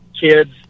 kids